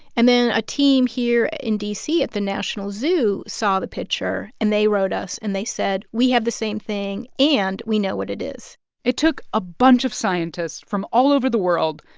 and then a team here in d c. at the national zoo saw the picture, and they wrote us, and they said, we have the same thing, and we know what it is it took a bunch of scientists from all over the world,